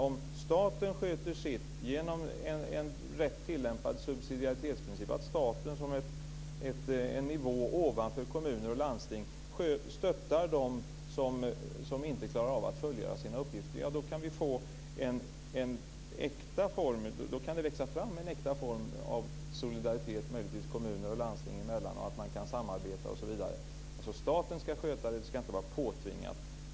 Om staten sköter sitt genom en rätt tillämpad subsidiaritetsprincip, om staten som en nivå ovanför kommuner och landsting stöttar dem som inte klarar av att fullgöra sina uppgifter kan det möjligtvis växa fram en äkta form av solidaritet kommuner och landsting emellan. Då kan man samarbeta. Staten ska sköta det. Det ska inte vara påtvingat.